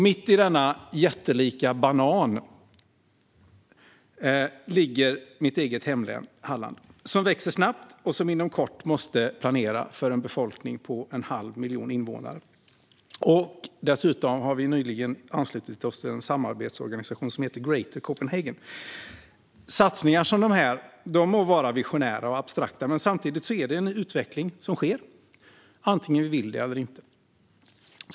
Mitt i denna jättelika "banan" ligger mitt hemlän Halland, som växer snabbt och som inom kort måste planera för en befolkning på en halv miljon invånare. Vi har dessutom nyligen anslutit oss till en samarbetsorganisation som heter Greater Copenhagen. Satsningar som dessa må vara visionära och abstrakta, men samtidigt är det en utveckling som sker, vare sig vi vill det eller inte.